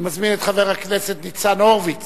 אני מזמין את חבר הכנסת ניצן הורוביץ